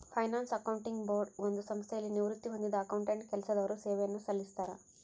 finance accounting board ಒಂದು ಸಂಸ್ಥೆಯಲ್ಲಿ ನಿವೃತ್ತಿ ಹೊಂದಿದ್ದ ಅಕೌಂಟೆಂಟ್ ಕೆಲಸದವರು ಸೇವೆಯನ್ನು ಸಲ್ಲಿಸ್ತರ